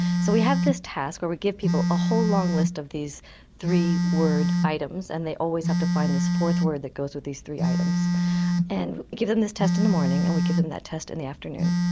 so we have this task where we give people a whole long list of these three word items, and they always have to find this fourth word that goes with these three items and we give them this test in the morning and we give them the test in the afternoon,